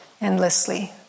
endlessly